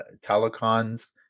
telecons